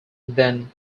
than